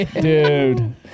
Dude